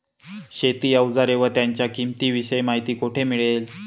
शेती औजारे व त्यांच्या किंमतीविषयी माहिती कोठे मिळेल?